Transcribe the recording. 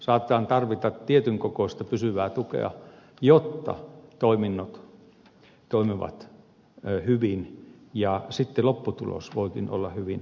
saatetaan tarvita tietyn kokoista pysyvää tukea jotta toiminnot toimivat hyvin ja sitten lopputulos voikin olla hyvin elinvoimainen